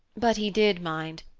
but he did mind,